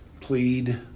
plead